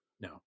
No